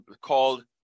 called